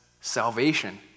salvation